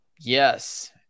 Yes